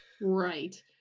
right